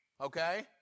okay